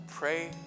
Pray